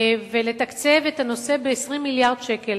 ולתקצב את הנושא ב-20 מיליארד שקל,